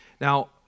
Now